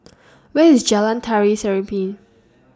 Where IS Jalan Tari Serimpi